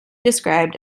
described